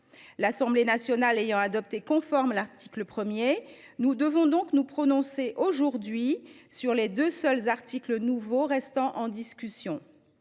L’Assemblée nationale ayant adopté conforme l’article 1, nous devons nous prononcer aujourd’hui sur les deux seuls articles nouveaux, qui restent en discussion.